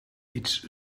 iets